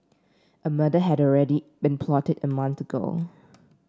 a murder had already been plotted a month ago